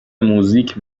موزیک